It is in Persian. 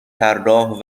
طراح